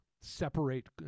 separate